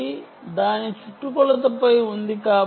ఇది దాని చుట్టుకొలత పై ఉంది అని